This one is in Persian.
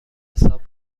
حساب